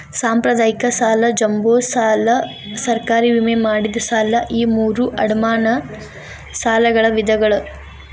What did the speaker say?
ಸಾಂಪ್ರದಾಯಿಕ ಸಾಲ ಜಂಬೋ ಸಾಲ ಸರ್ಕಾರಿ ವಿಮೆ ಮಾಡಿದ ಸಾಲ ಈ ಮೂರೂ ಅಡಮಾನ ಸಾಲಗಳ ವಿಧಗಳ